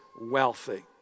wealthy